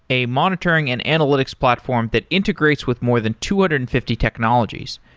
a monitoring and analytics platform that integrates with more than two hundred and fifty technologies,